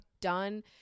done